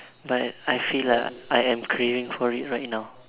but I feel like I am craving for it right now